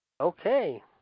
Okay